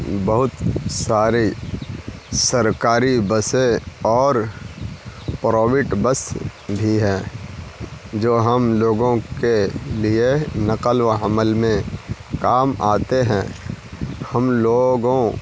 بہت سارے سرکاری بسیں اور پرائیویٹ بس بھی ہیں جو ہم لوگوں کے لیے نقل و حمل میں کام آتے ہیں ہم لوگوں